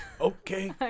Okay